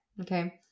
okay